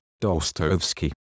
Dostoevsky